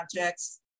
objects